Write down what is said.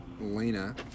Lena